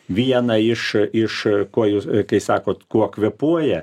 vieną iš iš ko jūs kai sakot kuo kvėpuoja